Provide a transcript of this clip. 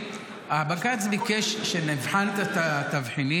70,000 משפחות מחכות לזה.